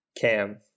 Cam